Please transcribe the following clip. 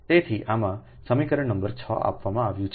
તેથી આમાં સમીકરણ નંબર 6 આપવામાં આવ્યું છે